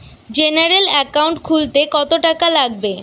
General account খুলতে কত টাকা লাগবে?